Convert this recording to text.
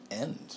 end